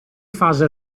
fase